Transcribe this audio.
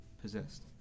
possessed